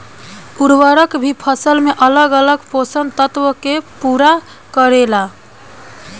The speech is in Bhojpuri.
उर्वरक भी फसल में अलग अलग पोषण तत्व के पूरा करेला